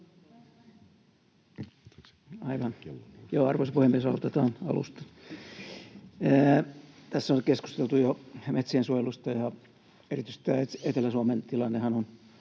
arvoisa puhemies, aloitetaan alusta! Tässä on keskusteltu jo metsien suojelusta, ja erityisesti tämä Etelä-Suomen tilannehan on